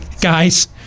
guys